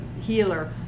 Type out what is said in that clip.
healer